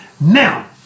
Now